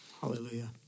hallelujah